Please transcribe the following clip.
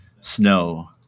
snow